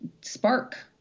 Spark